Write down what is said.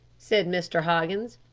said mr. hoggins.